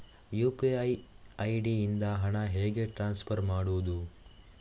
UPI ID ಇಂದ ಹಣ ಹೇಗೆ ಟ್ರಾನ್ಸ್ಫರ್ ಮಾಡುದು?